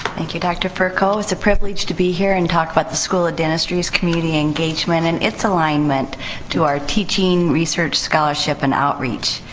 thank you, doctor furco. it's a privilege to be here and talk about the school of dentistry's community engagement and its alignment to our teaching, research, scholarship, and outreach.